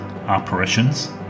apparitions